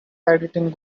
editing